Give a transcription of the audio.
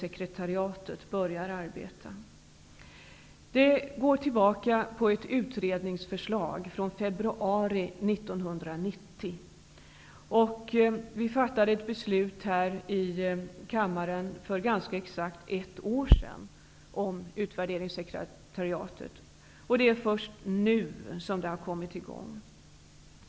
Sekretariatets tillkomst går tillbaka till ett utredningsförslag från 1990. Vi fattade ett beslut i riksdagen för ganska exakt ett år sedan om utvärderingssekretariatet. Det är först nu som det har kommit igång.